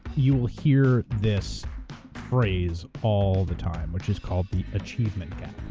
you will hear this phrase all the time which is called the achievement gap.